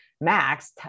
Max